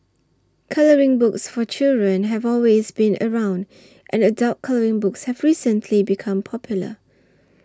colouring books for children have always been around and adult colouring books have recently become popular